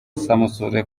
samusure